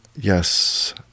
yes